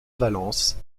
valence